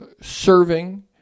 serving